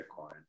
Bitcoin